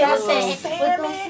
salmon